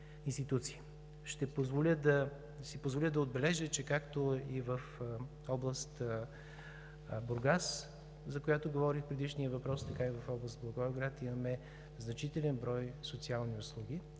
си позволя да отбележа, че както в област Бургас, за която говорих в предишния въпрос, така и в област Благоевград, имаме значителен брой социални услуги